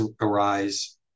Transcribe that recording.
arise